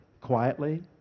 quietly